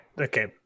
Okay